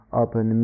open